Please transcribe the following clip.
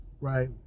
right